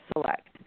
SELECT